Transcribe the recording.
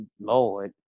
Lord